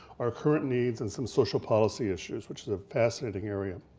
our current needs and some social policy issues, which is a fascinating area.